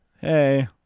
Hey